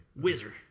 Wizard